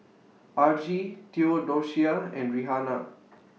Argie Theodocia and Rihanna